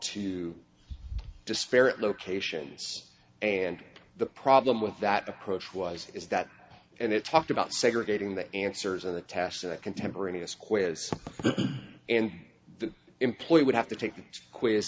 to disparate locations and the problem with that approach was is that and it talked about segregating the answers in the tacit contemporaneous quiz and the employer would have to take the quiz